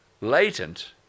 latent